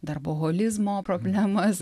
darboholizmo problemos